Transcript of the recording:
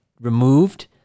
removed